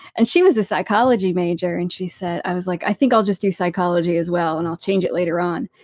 and she was a psychology major and she said. i was like, i think i'll just do psychology as well and i'll change it later on.